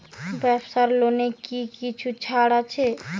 ব্যাবসার লোনে কি কিছু ছাড় আছে?